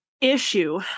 Issue